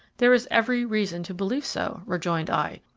there is every reason to believe so, rejoined i,